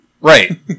Right